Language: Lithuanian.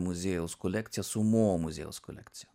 muziejaus kolekciją su mo muziejaus kolekcija